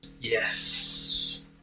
yes